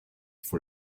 for